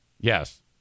yes